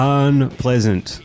unpleasant